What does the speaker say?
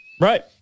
Right